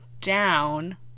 Down